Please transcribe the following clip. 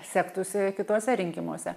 sektųsi kituose rinkimuose